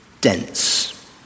dense